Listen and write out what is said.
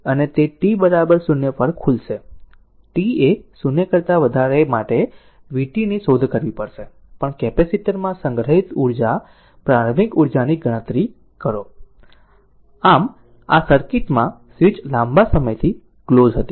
અને તે t 0 પર ખુલશે t એ 0 કરતા વધારે માટે v t ની શોધ કરવી પડશે પણ કેપેસિટર માં સંગ્રહિત પ્રારંભિક ઊર્જાની પણ ગણતરી કરો આમ આ સર્કિટ માં આ સ્વીચ લાંબા સમયથી ક્લોઝ હતી